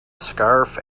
scarf